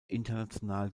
international